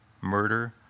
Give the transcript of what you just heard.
murder